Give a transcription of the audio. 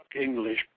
English